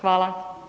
Hvala.